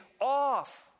off